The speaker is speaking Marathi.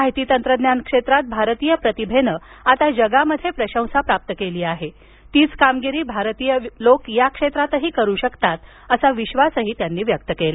माहिती तंत्रज्ञान क्षेत्रात भारतीय प्रतिभेनं आता जगात प्रशंसा प्राप्त केली आहे तिच कामगिरी भारतीय या क्षेत्रातही करू शकतात असा विश्वासही त्यांनी व्यक्त केला